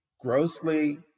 grossly